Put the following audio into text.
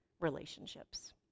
relationships